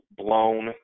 blown